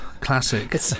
classic